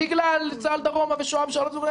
בגלל צה"ל דרומה, שוה"ם וכו'.